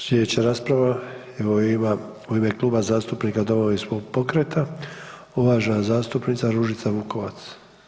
Slijedeća rasprava evo je ima u ime Kluba zastupnika Domovinskog pokreta uvažena zastupnica Ružica Vukovac.